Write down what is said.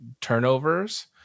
turnovers